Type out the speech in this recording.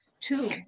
Two